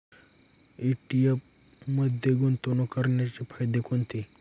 ETF मध्ये गुंतवणूक करण्याचे फायदे कोणते?